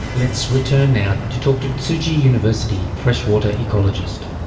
let's return now to talk to tzuchi university freshwater ecologist,